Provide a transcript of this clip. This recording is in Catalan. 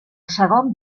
segon